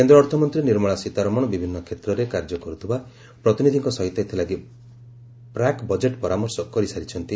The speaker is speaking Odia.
କେନ୍ଦ ଅର୍ଥମନ୍ତୀ ନିର୍ମଳା ସୀତାରମଶ ବିଭିନୁ କ୍ଷେତ୍ରରେ କାର୍ଯ୍ୟ କରୁଥି ବା ପ୍ରତିନିଧିଙ୍କ ସହିତ ଏଥିଲାଗି ପ୍ରାକ୍ ବଜେଟ୍ ପରାମର୍ଶ କରିସାରିଛନ୍ତି